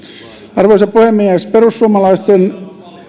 arvoisa puhemies perussuomalaisten